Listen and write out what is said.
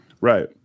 Right